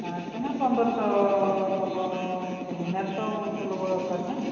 ପାଂଶହ ନା ପନ୍ଦରଶହ ଲୋକ ସେମିନାରରେ ତ ବହୁତ ଲୋକ ଦରକାର ନା